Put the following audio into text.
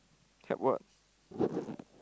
tap what